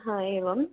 हा एवम्